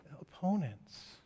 opponents